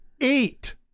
eight